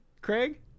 Craig